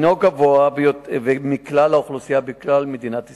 זה לא שיעור גבוה משיעור החולים בכלל האוכלוסייה במדינת ישראל.